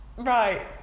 Right